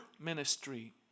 ministry